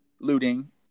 looting